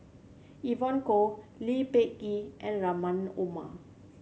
Evon Kow Lee Peh Gee and Rahim Omar